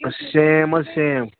same حظ same